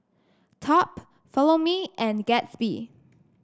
Top Follow Me and Gatsby